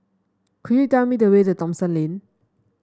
could you tell me the way to Thomson Lane